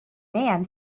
man